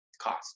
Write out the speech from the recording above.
cost